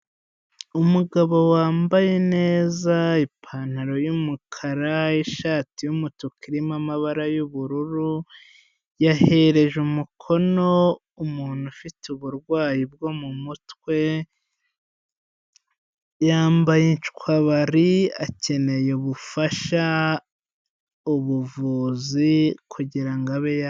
Umugabo wambaye neza ipantaro y'umukara, ishati y'umutuku irimo amabara y'ubururu, yahereje umukono umuntu ufite uburwayi bwo mumutwe, yambaye incwabari, akeneye ubufasha ubuvuzi kugirango abe yakira.